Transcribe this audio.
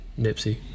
Nipsey